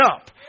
up